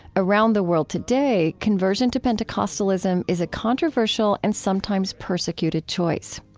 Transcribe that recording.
around the world today, conversion to pentecostalism is a controversial and sometimes persecuted choice.